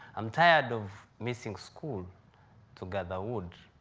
i'm tired of missing school to gather wood.